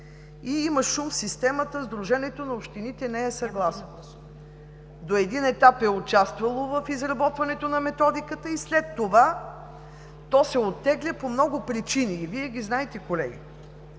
И има шум в системата – Сдружението на общините не е съгласно. До един етап е участвало в изработването на методиката и след това то се оттегля по много причини. Вие ги знаете, колеги.